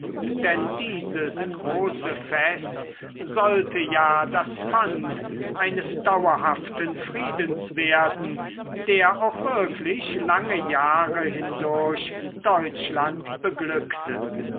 denn dieses große fest sollte ja das pfand eines dauerhaften friedens werden der auch wirklich lange jahre hindurch deutschland beglückte